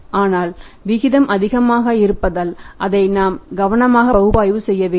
ஆனால் விகிதம் அதிகமாக இருப்பதால் அதை நாம் கவனமாக பகுப்பாய்வு செய்ய வேண்டும்